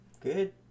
good